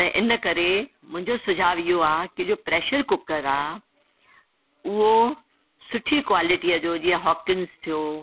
ऐं इन करे मुंहिंजो सुझाव इहो आहे की जो प्रेशर कुकर आहे उहो सुठी क्वालिटीअ जो जीअं हॉकिंस थियो